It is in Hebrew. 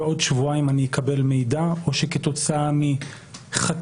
ועוד שבועיים אני יקבל מידע או שכתוצאה מחקירה